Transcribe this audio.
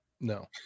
no